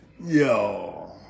Yo